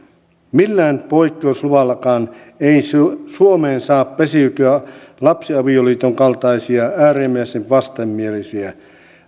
millään poikkeusluvallakaan ei suomeen saa pesiytyä lapsiavioliiton kaltaisia äärimmäisen vastenmielisiä